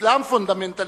אסלאם פונדמנטליסטי,